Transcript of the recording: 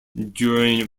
during